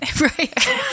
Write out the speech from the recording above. Right